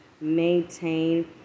maintain